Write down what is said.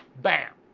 bam